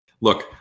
look